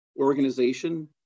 organization